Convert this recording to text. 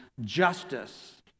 justice